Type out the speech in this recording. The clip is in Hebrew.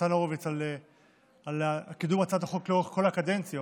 על קידום הצעת החוק לאורך כל הקדנציות,